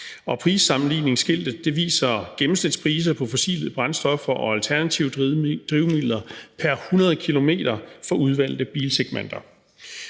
prissammenligningsskiltet viser gennemsnitspriser på fossile brændstoffer og alternative drivmidler pr. 100 km for udvalgte bilsegmenter.